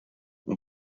ont